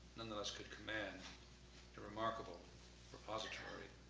nonetheless could command the remarkable repository,